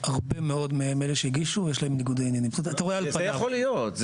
אבל זה לא צריך להיות על חשבון דברים אחרים.